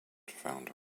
founder